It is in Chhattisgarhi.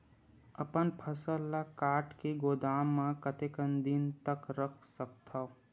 अपन फसल ल काट के गोदाम म कतेक दिन तक रख सकथव?